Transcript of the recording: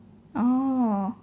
oh